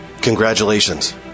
Congratulations